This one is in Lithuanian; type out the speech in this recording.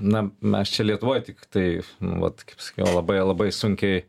na mes čia lietuvoj tiktai nu vat kaip sakiau labai labai sunkiai